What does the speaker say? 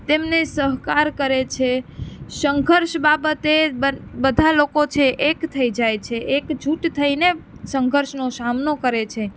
તેમને સહકાર કરે છે સંઘર્ષ બાબતે બ બધા લોકો છે એક થઈ જાય છે એકજૂથ થઈને સંઘર્ષનો સામનો કરે છે